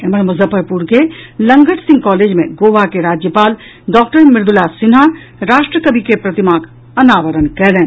एम्हर मुजफ्फरपुर के लंगट सिंह कॉलेज मे गोवा के राज्यपाल डॉक्टर मृदुला सिन्हा राष्ट्र कवि के प्रतिमाक अनावरण कयलनि